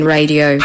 Radio